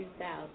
2000